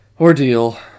ordeal